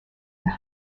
and